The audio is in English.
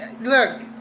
Look